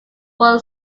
fuel